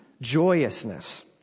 Joyousness